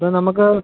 ഇപ്പോൾ നമുക്ക്